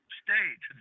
stage